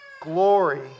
glory